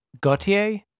Gautier